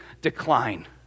decline